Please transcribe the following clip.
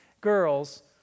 girls